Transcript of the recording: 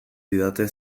didate